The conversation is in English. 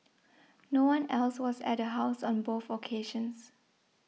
no one else was at the house on both occasions